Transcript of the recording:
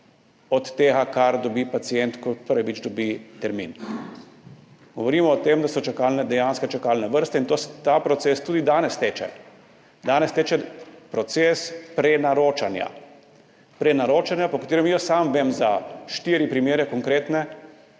od tega, kar dobi pacient, ko prvič dobi termin. Govorimo o tem, da so dejanske čakalne vrste, in ta proces tudi danes teče, danes teče proces prenaročanja. Prenaročanja, jaz sam vem za štiri konkretne